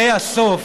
זה הסוף,